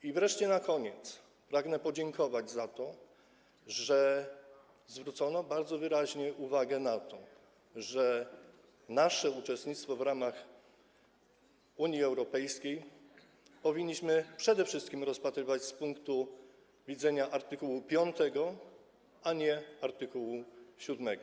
I wreszcie na koniec pragnę podziękować za to, że zwrócono bardzo wyraźnie uwagę na to, że nasze uczestnictwo w Unii Europejskiej powinniśmy przede wszystkim rozpatrywać z punktu widzenia art. 5, a nie art. 7.